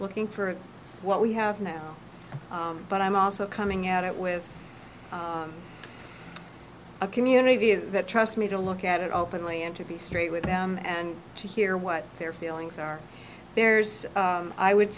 looking for what we have now but i'm also coming at it with a community view that trust me to look at it openly and to be straight with them and to hear what their feelings are there's i would